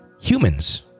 humans